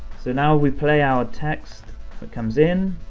so now we play our text that comes in,